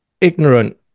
ignorant